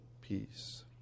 peace